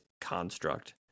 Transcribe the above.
construct